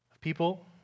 People